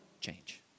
change